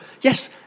Yes